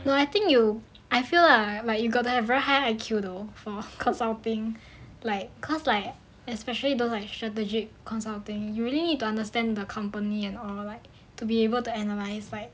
no I think you I feel lah like you got to have very high I_Q though for consulting like cause like especially those like strategic consulting you really need to understand the company and all like to be able to analyse